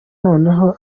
noneho